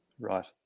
right